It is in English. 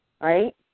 right